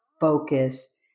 focus